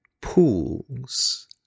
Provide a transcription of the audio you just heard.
pools